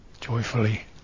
joyfully